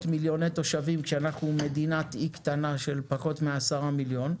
מיליוני תושבים כשאנחנו מדינת אי קטנה של פחות מעשרה מיליון.